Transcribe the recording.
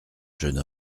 jeune